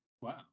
Wow